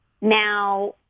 Now